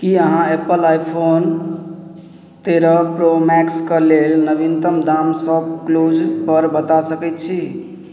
की अहाँ Apple iPhone तेरह pro मैक्सके लेल नवीनतम दाम शॉपक्लूजपर बता सकैत छी